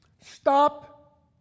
Stop